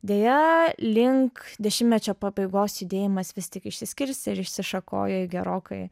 deja link dešimtmečio pabaigos judėjimas vis tik išsiskirstė ir išsišakojo į gerokai